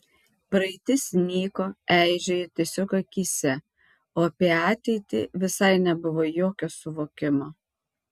praeitis nyko eižėjo tiesiog akyse o apie ateitį visai nebuvo jokio suvokimo